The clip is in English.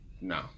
No